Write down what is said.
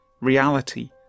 reality